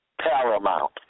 paramount